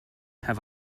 have